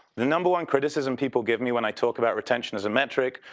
the number one criticism people give me when i talk about retention as a metric.